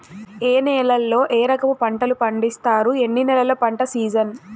ఏ నేలల్లో ఏ రకము పంటలు పండిస్తారు, ఎన్ని నెలలు పంట సిజన్?